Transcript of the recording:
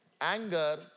anger